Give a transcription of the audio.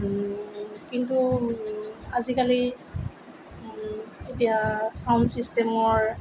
কিন্তু আজিকালি এতিয়া চাউন চিষ্টেমৰ